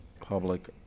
Public